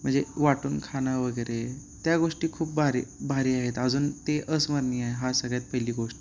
म्हणजे वाटून खाणं वगैरे त्या गोष्टी खूप भारी भारी आहेत अजून ते अस्मरणीय आहे हा सगळ्यात पहिली गोष्ट